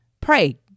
Pray